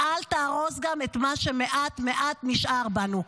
אל תהרוס גם את מה שמעט, מעט, נשאר בנו.